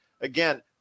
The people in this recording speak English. Again